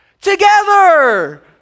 together